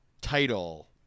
title